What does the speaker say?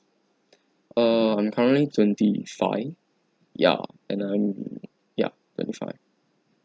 err I'm currently twenty five ya and I'm ya twenty five